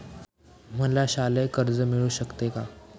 मला शालेय कर्ज मिळू शकते का?